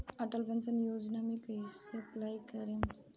Atal pension योजना मे कैसे अप्लाई करेम?